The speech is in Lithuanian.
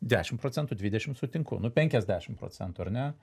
dešim procentų dvidešim sutinku nu penkiasdešim procentų ar ne